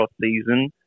season